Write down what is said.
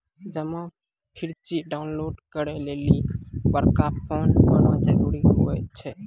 जमा पर्ची डाउनलोड करे लेली बड़का फोन होना जरूरी हुवै छै